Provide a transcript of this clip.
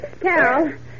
Carol